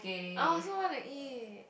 I also want to eat